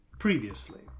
Previously